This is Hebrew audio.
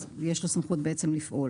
יש לו סמכות לפעול.